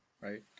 right